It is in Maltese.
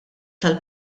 tal